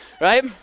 right